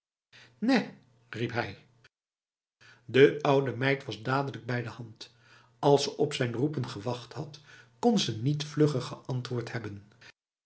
riep hij de oude meid was dadelijk bij de hand als ze op zijn roepen gewacht had kon ze niet vlugger geantwoord hebben